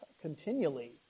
continually